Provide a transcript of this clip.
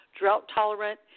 drought-tolerant